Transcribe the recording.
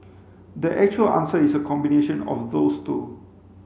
the actual answer is a combination of those two